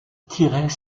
tirait